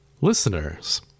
Listeners